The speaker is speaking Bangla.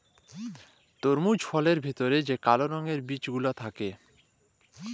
তরমুজ ফলের ভেতর যে কাল রঙের বিচি গুলা থাক্যে